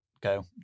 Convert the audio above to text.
go